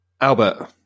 Albert